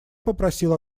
попросил